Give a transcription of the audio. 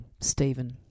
Stephen